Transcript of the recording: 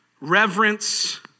reverence